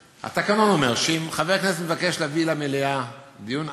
הכלל הוא כזה: התקנון אומר שאם חבר כנסת מבקש להביא למליאה דיון,